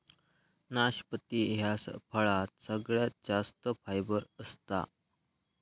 नाशपती ह्या फळात सगळ्यात जास्त फायबर असता